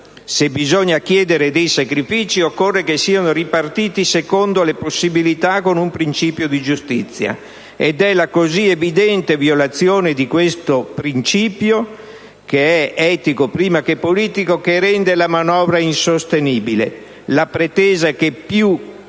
Se bisogna chiedere dei sacrifici, occorre che siano ripartiti secondo le possibilità con un principio di giustizia. Ed è la così evidente violazione di questo principio (che è etico, prima ancora che politico) a rendere la manovra insostenibile. La pretesa che chi